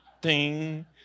Ding